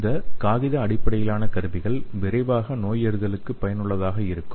இந்த காகித அடிப்படையிலான கருவிகள் விரைவாக நோயறிதலுக்கு பயனுள்ளதாக இருக்கும்